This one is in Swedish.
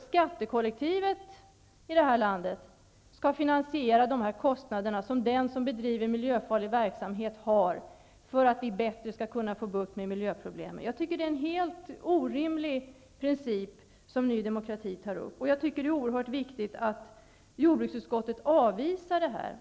Skattekollektivet i det här landet skall alltså finansiera de kostnader som den som bedriver miljöfarlig verksamhet har, för att vi bättre skall kunna få bukt med miljöproblemen. Det är en helt orimlig princip som Ny demokrati tar upp, och det är oerhört viktigt att jordbruksutskottet avvisar den.